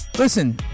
Listen